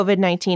COVID-19